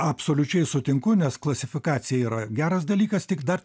absoliučiai sutinku nes klasifikacija yra geras dalykas tik dar